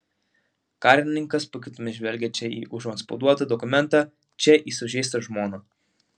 karininkas pakaitomis žvelgė čia į užantspauduotą dokumentą čia į sužeistą žmoną